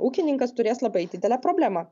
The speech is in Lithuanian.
ūkininkas turės labai didelę problemą